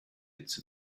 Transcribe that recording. its